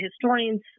historians